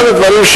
אחד הדברים,